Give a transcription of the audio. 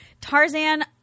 Tarzan